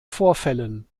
vorfällen